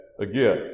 again